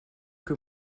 que